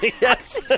Yes